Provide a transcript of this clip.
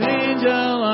angel